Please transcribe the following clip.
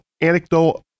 anecdote